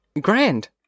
Grand